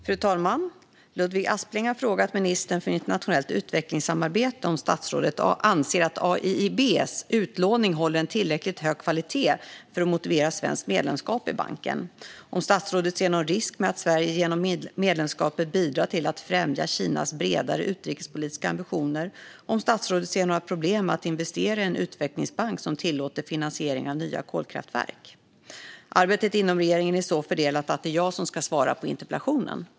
Fru talman! Ludvig Aspling har frågat ministern för internationellt utvecklingssamarbete om statsrådet anser att AIIB:s utlåning håller en tillräckligt hög kvalitet för att motivera svenskt medlemskap i banken, om statsrådet ser någon risk med att Sverige genom medlemskapet bidrar till att främja Kinas bredare utrikespolitiska ambitioner och om statsrådet ser några problem med att investera i en utvecklingsbank som tillåter finansiering av nya kolkraftverk. Arbetet inom regeringen är så fördelat att det är jag som ska svara på interpellationen.